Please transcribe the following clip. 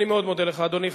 אני מאוד מודה לך, אדוני.